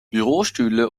bürostühle